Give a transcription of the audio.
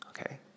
okay